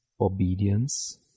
obedience